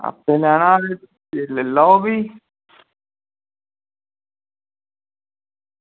आपूं लैना ते लेई लैओ फ्ही